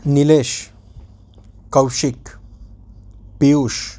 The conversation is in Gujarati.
નિલેશ કૌશિક પિયુષ